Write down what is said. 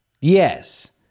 Yes